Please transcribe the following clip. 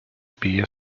bije